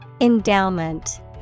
Endowment